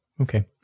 okay